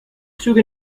züge